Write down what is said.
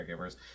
caregivers